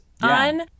on